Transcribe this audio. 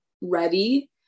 ready